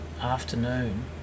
afternoon